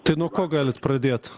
tai nuo ko galit pradėt